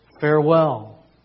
farewell